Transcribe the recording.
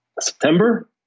September